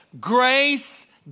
grace